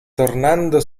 tornando